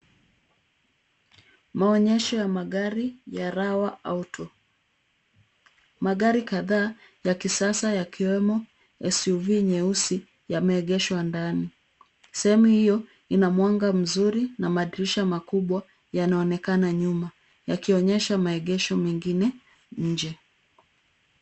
Maonyesho ya magari ya Rawa Auto . Magari kadhaa ya kisasa yakiwemo SUV nyeusi yameegeshwa ndani. Sehemu hiyo ina mwanga mzuri na madirisha makubwa yanaonekana nyuma yakionyesha maegesho mengine nje.